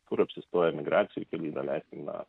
kur apsistoja migracijų kely daleiskim na